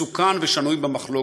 מסוכן ושנוי במחלוקת,